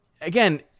Again